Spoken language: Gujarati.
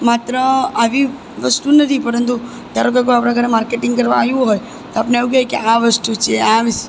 માત્ર આવી વસ્તુ નથી પરંતુ ધારો કે કોઈ આપણાં ઘરે માર્કેટિંગ કરવા આવ્યું હોય ને તો આપણને કહે કે આ વસ્તુ છે આ વસ્તુ છે